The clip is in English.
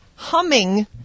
Humming